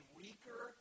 weaker